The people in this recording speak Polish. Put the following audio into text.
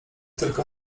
tylko